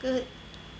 then